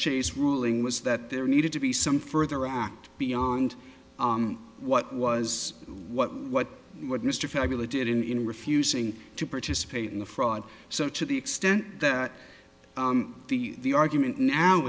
chase ruling was that there needed to be some further act beyond what was what what what mr fabulous did in refusing to participate in the fraud so to the extent that the argument now